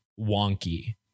wonky